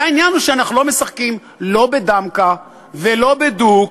העניין הוא שאנחנו לא משחקים לא בדמקה ולא בדוק,